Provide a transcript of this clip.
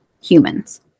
humans